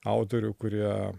autorių kurie